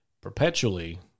perpetually